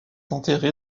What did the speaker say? enterré